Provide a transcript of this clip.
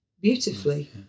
beautifully